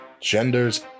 genders